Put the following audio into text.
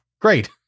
great